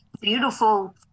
beautiful